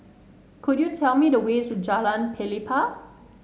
could you tell me the way to Jalan Pelepah